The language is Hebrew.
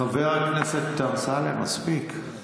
חבר הכנסת אמסלם, מספיק.